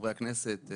לחברי הכנסת,